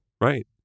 Right